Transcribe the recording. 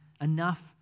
Enough